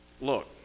look